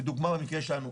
לדוגמה במקרה שלנו,